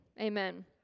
Amen